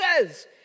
says